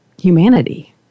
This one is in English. humanity